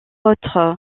autres